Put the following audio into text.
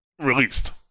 released